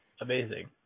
Amazing